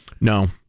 No